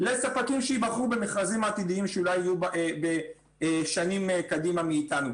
לספקים שייבחרו במכרזים עתידיים שאולי יהיו בשנים קדימה מאיתנו.